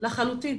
לחלוטין.